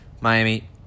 Miami